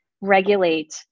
regulate